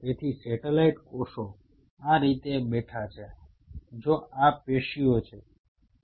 તેથી સેટેલાઈટ કોષો આ રીતે બેઠા છે જો આ પેશીઓ છે